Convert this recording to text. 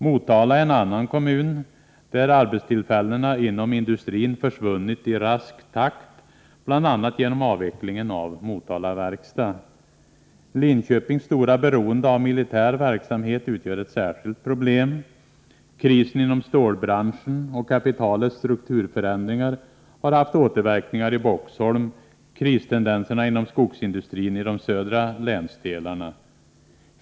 Motala är en annan kommun där arbetstillfällena inom industrin har försvunnit i rask takt, t.ex. genom avvecklingen av Motala Verkstad. Linköpings stora beroende av militär verksamhet utgör ett särskilt problem. Krisen inom stålbranschen och kapitalets strukturförändringar har haft återverkningar i Boxholm, kristendenserna inom skogsindustrin i de södra länsdelarna.